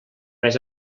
més